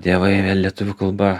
dievai lietuvių kalba